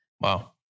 Wow